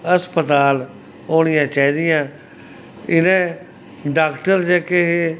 अस्पताल होनियां चाहि दियां इ'नें डाक्टर जेह्के हे